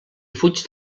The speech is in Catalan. fuig